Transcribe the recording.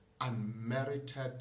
unmerited